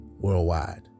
Worldwide